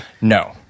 No